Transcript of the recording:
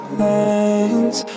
lines